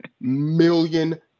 million